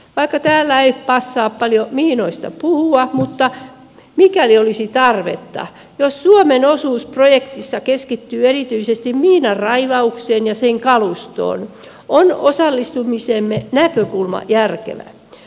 vaikka täällä ei passaa paljon miinoista puhua mutta mikäli olisi tarvetta niin jos suomen osuus projektista keskittyy erityisesti miinanraivaukseen ja sen kalustoon on osallistumisemme näkökulma järkevä